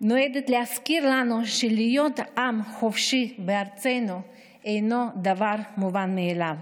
נועדה להזכיר לנו שלהיות עם חופשי בארצנו אינו דבר מובן מאליו.